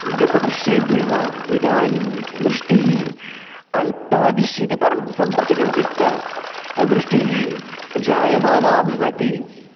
गतवर्षेभ्यः इदानीं वृष्टिः अल्पा दृश्यते परं सम्प्रति किञ्चित् वृष्टिः जायमाना भवति